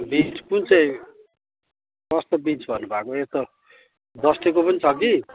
beans कुन चाहिँ कस्तो बिन्स भन्नुभएको यस्तो बस्तीको पनि छ कि